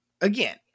again